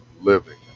living